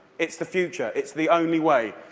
it's the future. it's the only way.